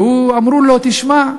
אמרו לו: תשמע,